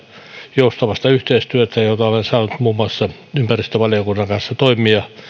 joustavasta yhteistyöstä jonka puitteissa olen saanut muun muassa ympäristövaliokunnan kanssa toimia